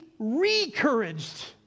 recouraged